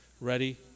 Ready